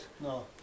No